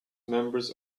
members